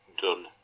done